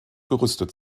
gerüstet